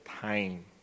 time